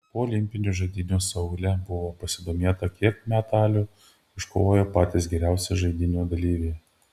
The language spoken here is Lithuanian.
po olimpinių žaidynių seule buvo pasidomėta kiek medalių iškovojo patys geriausi žaidynių dalyviai